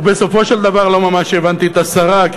ובסופו של דבר לא ממש הבנתי את השרה כי